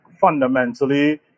fundamentally